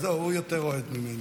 עזוב, הוא יותר אוהד ממני.